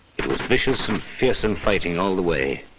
it was vicious and fearsome fighting all the way.